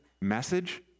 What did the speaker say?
message